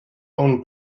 own